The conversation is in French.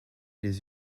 les